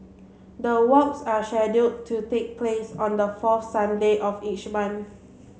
the walks are to take place on the fourth Sunday of each month